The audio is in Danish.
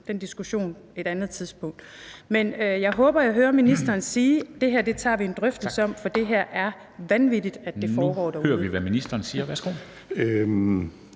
den diskussion tager vi på et andet tidspunkt. Men jeg håber, at jeg hører ministeren sige, at det her tager vi en drøftelse om. For det er vanvittigt, at det her foregår derude. Kl. 13:07 Formanden (Henrik